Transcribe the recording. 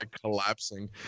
collapsing